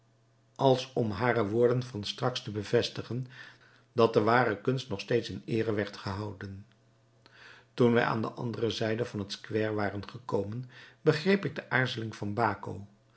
als om hare woorden van straks te bevestigen dat de ware kunst nog steeds in eere werd gehouden toen wij aan de andere zijde van het square waren gekomen begreep ik de aarzeling van baco